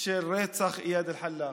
של רצח איאד אלחלאק?